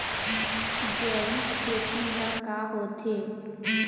जैविक खेती ह का होथे?